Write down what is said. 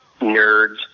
Nerds